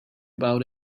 about